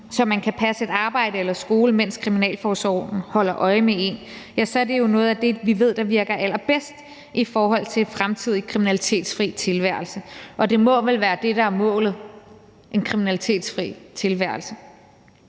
så man kan passe sit arbejde eller sin skole, mens kriminalforsorgen holder øje med en, så er det jo noget af det, vi ved virker allerbedst i forhold til en fremtidig kriminalitetsfri tilværelse. Og det må vel være det, der er målet – en kriminalitetsfri tilværelse.